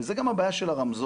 וזו גם הבעיה של הרמזור,